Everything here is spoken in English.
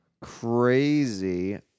crazy